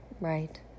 Right